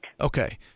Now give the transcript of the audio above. Okay